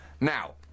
Now